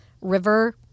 river